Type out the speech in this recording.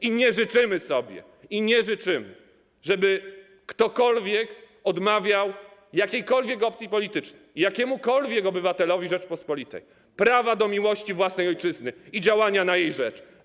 I nie życzymy sobie, żeby ktokolwiek odmawiał jakiejkolwiek opcji politycznej czy jakiemukolwiek obywatelowi Rzeczypospolitej prawa do miłości własnej ojczyzny i działania na jej rzecz.